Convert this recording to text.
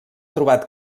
trobat